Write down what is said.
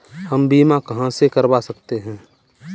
हम बीमा कहां से करवा सकते हैं?